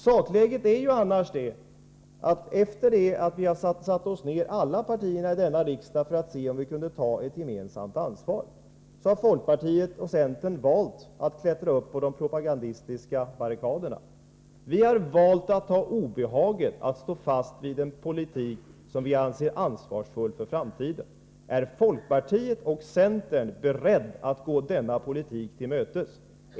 Sakläget är annars det att efter det att alla partier satt sig ned för att se om vi kunde ta ett gemensamt ansvar har folkpartiet och centern valt att klättra upp på de propagandistiska barrikaderna. Vi har valt att ta obehaget att stå fast vid en politik som vi anser är ansvarsfull för framtiden. Är folkpartiet och centern beredda att gå denna politik till mötes?